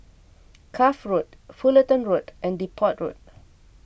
Cuff Road Fullerton Road and Depot Walk